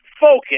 focus